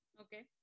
Okay